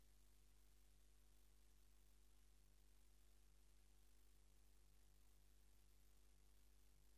חברי הכנסת, הנושא הבא על